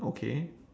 okay